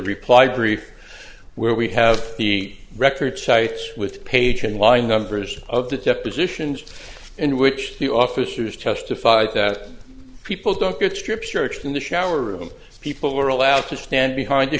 reply brief where we have the record sites with page and line numbers of the depositions in which the officers testified that people don't get strip searched in the shower of them people were allowed to stand behind